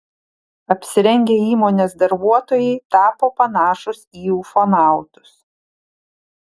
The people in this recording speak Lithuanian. apsirengę įmonės darbuotojai tapo panašūs į ufonautus